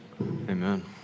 Amen